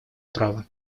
права